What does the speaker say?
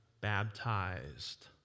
baptized